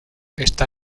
está